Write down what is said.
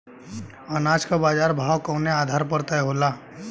अनाज क बाजार भाव कवने आधार पर तय होला?